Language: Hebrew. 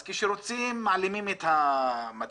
אז כשרוצים מעלימים את המצלמות,